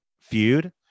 feud